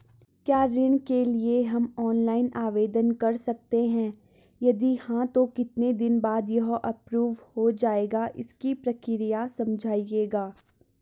क्या ऋण के लिए हम ऑनलाइन आवेदन कर सकते हैं यदि हाँ तो कितने दिन बाद यह एप्रूव हो जाता है इसकी प्रक्रिया समझाइएगा?